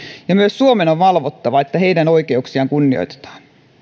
ja myös suomen on valvottava että heidän oikeuksiaan kunnioitetaan